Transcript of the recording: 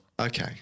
okay